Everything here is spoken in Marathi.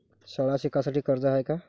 शाळा शिकासाठी कर्ज हाय का?